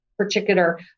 particular